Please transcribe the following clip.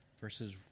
verses